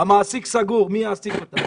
המעסיק סגור, מי יעסיק אותם?